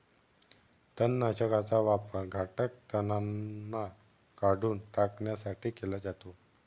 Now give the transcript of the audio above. तणनाशकाचा वापर घातक तणांना काढून टाकण्यासाठी केला जातो